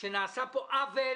שנעשה כאן עוול